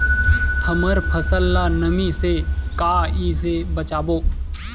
हमर फसल ल नमी से क ई से बचाबो?